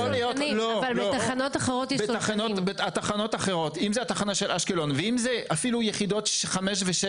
אם זאת התחנה של אשקלון ואם אלה אפילו יחידות 5 ו-6